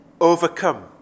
overcome